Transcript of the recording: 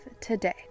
today